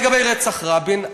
לגבי רצח רבין,